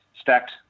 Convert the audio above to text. stacked